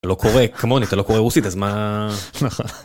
לא קורא כמוני אתה לא קורא רוסית אז מה.